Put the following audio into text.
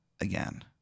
again